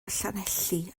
llanelli